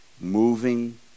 moving